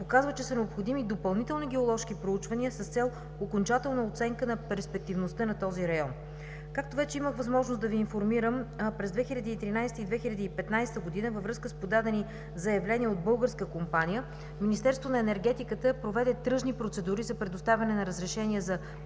показва, че са необходими допълнителни геоложки проучвания с цел окончателна оценка на перспективността на този район. Както вече имах възможност да Ви информирам, през 2013 г. и 2015 г., във връзка с подадени заявления от българска компания, Министерството на енергетиката проведе тръжни процедури за предоставяне на разрешение за търсене